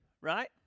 right